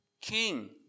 king